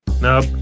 Nope